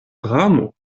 dramo